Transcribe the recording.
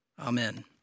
Amen